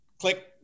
Click